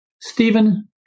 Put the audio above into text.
Stephen